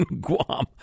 Guam